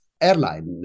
airline